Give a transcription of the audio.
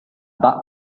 that